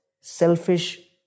selfish